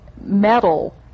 metal